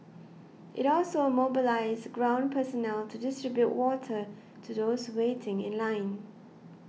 it also mobilised ground personnel to distribute water to those waiting in line